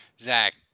Zach